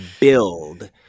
build